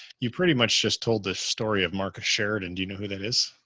you pretty much just told the story of marcus sheridan. do you know who that is?